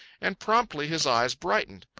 and promptly his eyes brightened.